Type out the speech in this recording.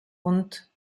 und